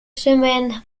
semaines